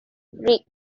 rick